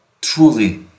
truly